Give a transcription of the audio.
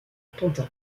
pantin